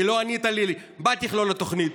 כי לא ענית לי מה תכלול התוכנית,